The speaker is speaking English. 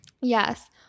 Yes